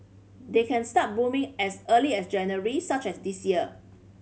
they can start blooming as early as January such as this year